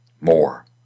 more